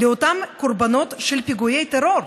לאותם קורבנות של פיגועי טרור?